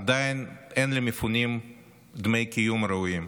עדיין אין למפונים דמי קיום ראויים.